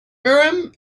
urim